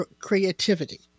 creativity